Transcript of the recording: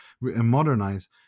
modernize